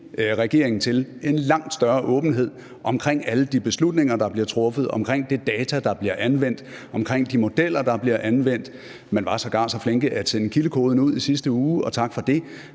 regeringen til en langt større åbenhed omkring alle de beslutninger, der bliver truffet, omkring det data, der bliver anvendt, omkring de modeller, der bliver anvendt – man var sågar så flinke at sende kildekoden ud i sidste uge, og tak for det,